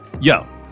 Yo